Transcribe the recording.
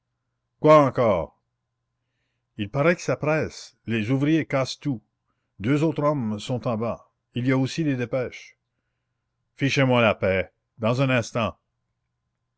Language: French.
quoi encore il paraît que ça presse les ouvriers cassent tout deux autres hommes sont en bas il y a aussi des dépêches fichez-moi la paix dans un instant